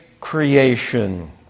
creation